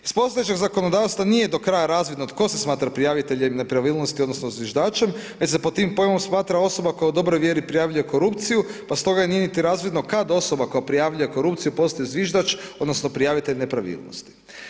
S postojećem zakonodavstvo nije do kraja razvidno tko se smatra prijaviteljem nepravilnosti, odnosno, zviždačem, već se pod tim pojavom smatra osoba koja u dobroj vjeri prijavljuje korupciju, pa stoga nije niti razvidno, kada osoba koja prijavljuje korupciju, postaje zviždač odnosno, prijavitelj nepravilnosti.